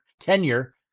tenure